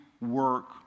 work